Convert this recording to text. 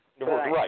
Right